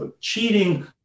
cheating